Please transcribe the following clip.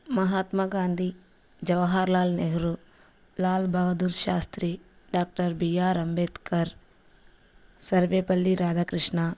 Mahatma Gandhi Jawahar Lal Nehru Lal Bahadur Shastri doctor BR Ambedkar Sarvepalli Radhakrishna